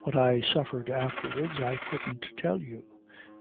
what i suffered afterwards i couldn't tell you